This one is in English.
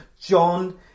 john